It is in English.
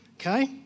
Okay